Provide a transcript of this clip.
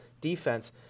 defense